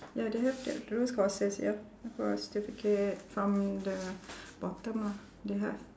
ya they have that courses yup for a certificate from the bottom ah they have